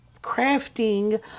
crafting